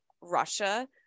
Russia